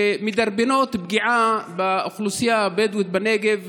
שמדרבנות פגיעה באוכלוסייה הבדואית בנגב,